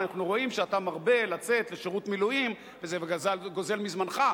אנחנו רואים שאתה מרבה לצאת לשירות מילואים וזה גוזל מזמנך,